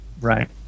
Right